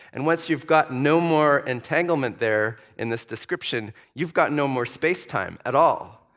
and once you've got no more entanglement there in this description, you've got no more spacetime at all.